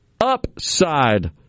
upside